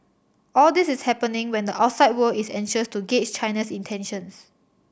all this is happening when the outside world is anxious to gauge China's intentions